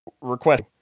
request